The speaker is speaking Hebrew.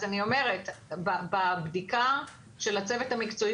אז אני אומרת: בבדיקה של הצוות המקצועי